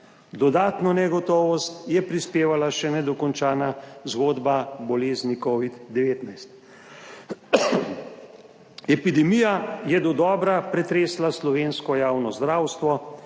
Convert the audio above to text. Dodatno negotovost je prispevala še nedokončana zgodba bolezni covid-19. Epidemija je dodobra pretresla slovensko javno zdravstvo